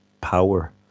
power